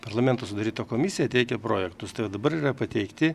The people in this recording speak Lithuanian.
parlamento sudaryta komisija teikia projektus tai vat dabar yra pateikti